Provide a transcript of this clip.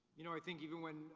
you know, i think even when